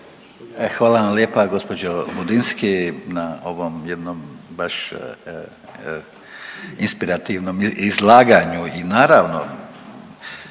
Hvala vam lijepa gospođo Budinski na ovom jednom baš inspirativnom izlaganju. I naravno